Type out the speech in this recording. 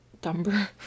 dumber